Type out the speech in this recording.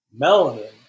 Melanin